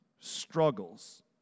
struggles